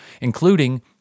including